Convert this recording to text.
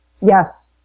Yes